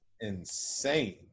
insane